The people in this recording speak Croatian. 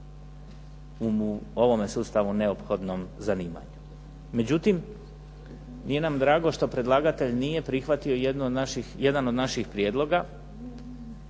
u ovome sustavu neophodnom zanimanju. Međutim, nije nam drago što predlagatelj nije prihvatio jedan od naših prijedloga.